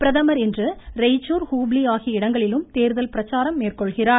பிரதமர் இன்று ரெய்ச்சூர் ஹுப்ளி ஆகிய இடங்களிலும் தேர்தல் பிரச்சாரம் மேற்கொள்கிறார்